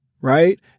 right